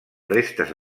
restes